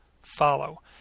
follow